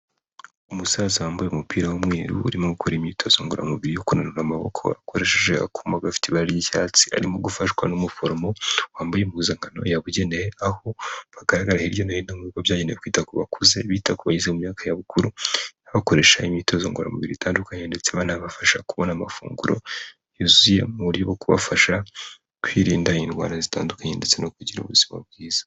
Umusaza wambaye umupira w'umweru urimo gukora imyitozo ngororamubiri yo kunanura amaboko akoresheje akuma gafite ibara ry'icyatsi, arimo gufashwa n'umuforomo wambaye impuzankano yabugeneye aho bagaragara hirya no hino mu bigo byagenewe kwita ku bakuze bita kubageze mu myaka ya bukuru bakoresha imyitozo ngoramubiri itandukanye ndetse banabafasha kubona amafunguro yuzuye muri bo, kubafasha kwirinda indwara zitandukanye ndetse no kugira ubuzima bwiza.